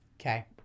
Okay